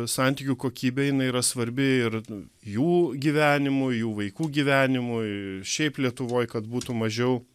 santykių kokybė jinai yra svarbi ir jų gyvenimui jų vaikų gyvenimui šiaip lietuvoj kad būtų mažiau